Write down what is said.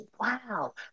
wow